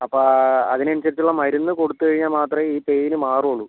അപ്പം അതിന് അനുസരിച്ചുള്ള മരുന്ന് കൊടുത്ത് കഴിഞ്ഞാൽ മാത്രമേ ഈ പെയിൻ മാറൂള്ളൂ